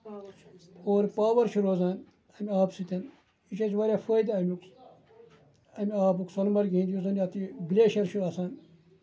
اور پاور چھُ روزان اَمہِ آب سۭتۍ یہِ چھُ اَسہِ واریاہ فٲیدٕ اَمیُک اَمہِ آبُک سونہٕ مَرگہِ ہِندۍ یُس زَن اَتھ یہِ گِلیشر چھُ آسان